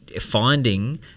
finding